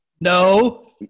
No